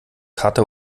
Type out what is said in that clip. karte